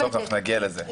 טוב, נגיע לזה.